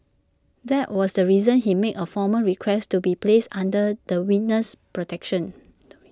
that was the reason he made A formal request to be placed under the witness protection